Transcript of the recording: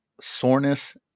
Soreness